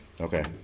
okay